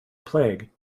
plague